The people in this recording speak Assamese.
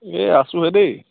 এই আছোঁহে দেই